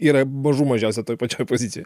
yra mažų mažiausia toj pačioj pozicijoj